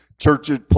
Churches